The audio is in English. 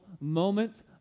moment